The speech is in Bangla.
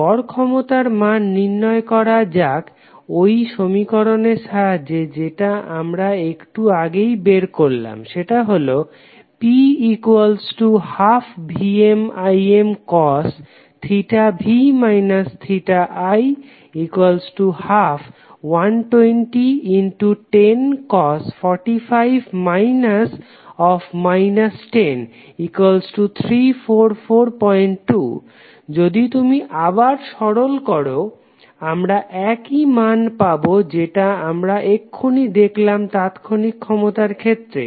গড় ক্ষমতার মান নির্ণয় করা যাক ওই সমীকরণের সাহায্যে যেটা আমরা একটু আগেই বের করলাম সেটা হলো P12VmImcos θv θi 1212010cos 45 10 3442 যদি তুমি আবার সরল করো আমরা একই মান পাবো যেটা আমরা এক্ষুনি দেখলাম তাৎক্ষণিক ক্ষমতার ক্ষেত্রে